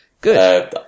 Good